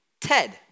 Ted